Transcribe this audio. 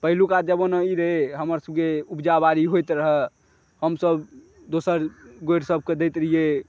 पहिलुका जमाना ई रहै हमर सभके उपजा बाड़ी होइत रहय हमसभ दोसर गोढ़िसभकेँ दैत रहिए